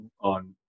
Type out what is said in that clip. on